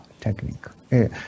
technique